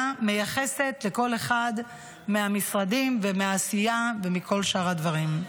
מתייחסת לכל אחד מהמשרדים ומהעשייה ובכל שאר הדברים.